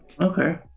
Okay